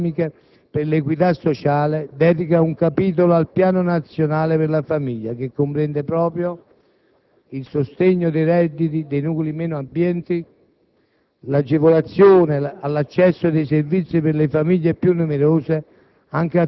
Recependo queste nostre proposte, il DPEF, nella parte relativa alle politiche per l'equità sociale, dedica un capitolo al piano nazionale per la famiglia che comprende proprio: il sostegno dei redditi dei nuclei meno abbienti;